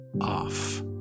off